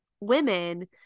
women